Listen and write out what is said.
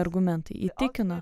argumentai įtikino